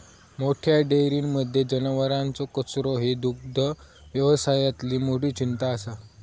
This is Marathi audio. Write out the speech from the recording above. मोठ्या डेयरींमध्ये जनावरांचो कचरो ही दुग्धव्यवसायातली मोठी चिंता असा